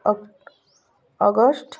ଅ ଅଗଷ୍ଟ